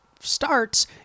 starts